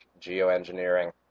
geoengineering